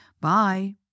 Bye